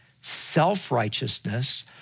self-righteousness